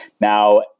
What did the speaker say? Now